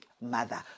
mother